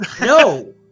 No